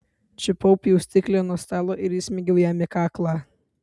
čiupau pjaustiklį nuo stalo ir įsmeigiau jam į kaklą